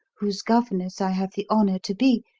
whose governess i have the honour to be,